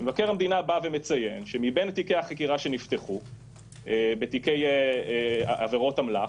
מבקר המדינה מציין שמבין תיקי החקירה שנפתחו בתיקי עבירות אמל"ח